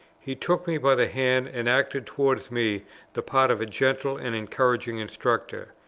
he took me by the hand, and acted towards me the part of a gentle and encouraging instructor.